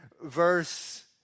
verse